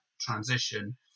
transition